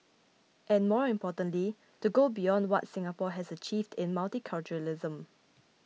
and more importantly to go beyond what Singapore has achieved in multiculturalism